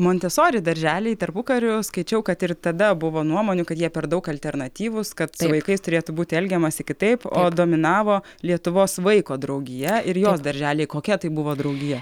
montesori darželiai tarpukariu skaičiau kad ir tada buvo nuomonių kad jie per daug alternatyvūs kad su vaikais turėtų būti elgiamasi kitaip o dominavo lietuvos vaiko draugija ir jos darželiai kokia tai buvo draugija